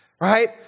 Right